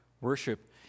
Worship